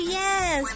yes